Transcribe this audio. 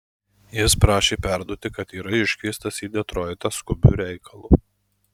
jis prašė perduoti kad yra iškviestas į detroitą skubiu reikalu